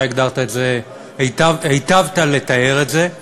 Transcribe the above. אתה היטבת לתאר את זה,